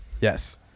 Yes